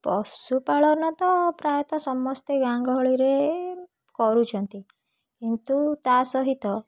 ପଶୁପାଳନ ତ ପ୍ରାୟତଃ ସମସ୍ତେ ଗାଁ ଗହଳିରେ କରୁଛନ୍ତି କିନ୍ତୁ ତା ସହିତ